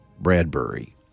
Bradbury